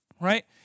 right